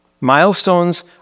Milestones